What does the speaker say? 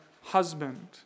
husband